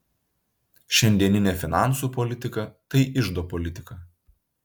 šiandieninė finansų politika tai iždo politika